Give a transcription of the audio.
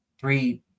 three